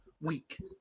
week